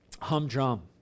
humdrum